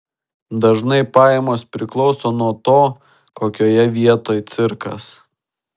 dažnai pajamos priklauso nuo to kokioje vietoj cirkas